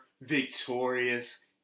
victorious